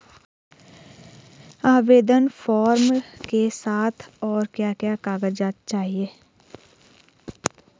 आवेदन फार्म के साथ और क्या क्या कागज़ात चाहिए?